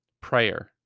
Prayer